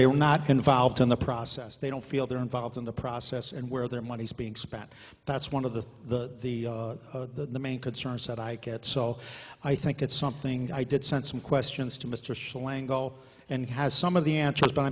were not involved in the process they don't feel they're involved in the process and where their money is being spent that's one of the the the main concerns that i get so i think it's something i did sent some questions to mr schilling go and has some of the answers but